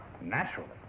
naturally